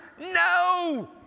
no